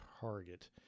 target